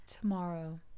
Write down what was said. tomorrow